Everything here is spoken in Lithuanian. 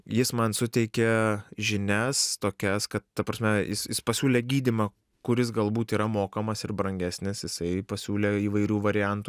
jis man suteikė žinias tokias kad ta prasme jis jis pasiūlė gydymą kuris galbūt yra mokamas ir brangesnis jisai pasiūlė įvairių variantų